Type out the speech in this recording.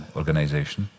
organization